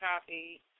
copy